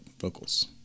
vocals